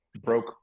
broke